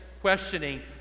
questioning